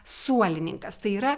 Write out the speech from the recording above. suolininkas tai yra